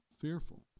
fearful